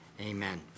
Amen